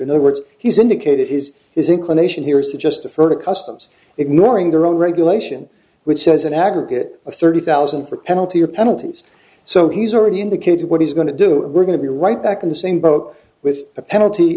in other words he's indicated his his inclination here is to just to further customs ignoring their own regulation which says an aggregate of thirty thousand for penalty or penalties so he's already indicated what he's going to do we're going to be right back in the same book with a penalty